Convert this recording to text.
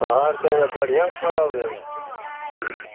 अहाँ आओरके तऽ बढ़िआँ परब होइए